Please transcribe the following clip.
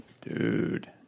Dude